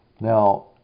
Now